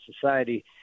society